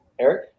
Eric